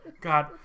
God